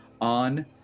on